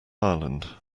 ireland